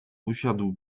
usiadł